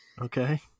Okay